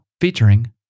featuring